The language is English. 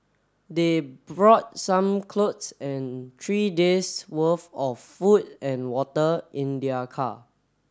they brought some clothes and three days' worth of food and water in their car